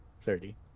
thirty